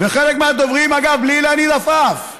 חלק מהדוברים, אגב, בלי להניד עפעף,